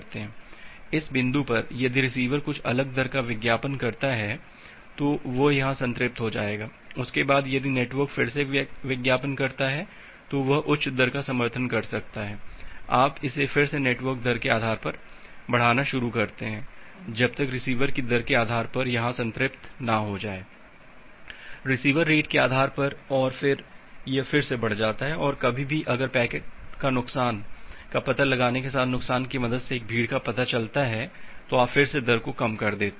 इस बिंदु पर यदि रिसीवर कुछ अलग दर का विज्ञापन करता है तो वह यहां संतृप्त हो जाएगा उसके बाद यदि नेटवर्क फिर से विज्ञापन करता है तो वह उच्च दर का समर्थन कर सकता है आप इसे फिर से नेटवर्क दर के आधार पर बढ़ाना शुरू करते हैं जब तक रिसीवर की दर के आधार पर यहां संतृप्त ना हो जाएं रिसीवर रेट के आधार पर और फिर यह फिर से बढ़ जाता है और कभी ही अगर पैकेट नुकसान का पता लगाने के साथ नुकसान की मदद से एक भीड़ का पता चलता है तो आप फिर से दर कम कर देते हैं